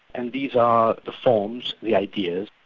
and these are the forms, the ideas,